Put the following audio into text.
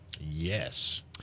Yes